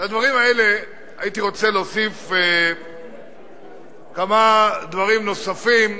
לדברים האלה הייתי רוצה להוסיף כמה דברים נוספים,